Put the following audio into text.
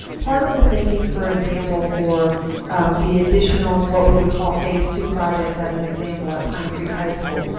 part of the thinking, for example, for the additional, what we would call phase two projects, as an example at pine creek high school,